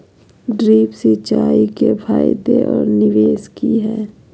Drip सिंचाई के फायदे और निवेस कि हैय?